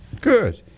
Good